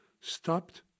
stopped